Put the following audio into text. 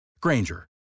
Granger